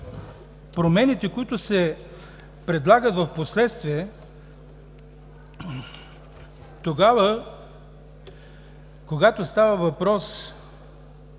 промените, които се предлагат впоследствие. Когато става въпрос